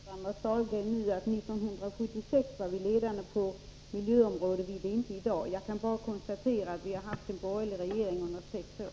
Herr talman! Såvitt jag hörde rätt sade Anders Dahlgren att vi 1976 var ledande på miljöområdet och inte är det i dag. Jag kan bara konstatera att vi har haft en borgerlig regering under sex år.